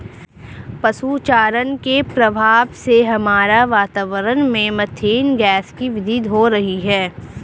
पशु चारण के प्रभाव से हमारे वातावरण में मेथेन गैस की वृद्धि हो रही है